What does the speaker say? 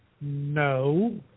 No